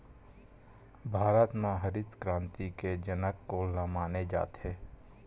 भारत मा हरित क्रांति के जनक कोन ला माने जाथे?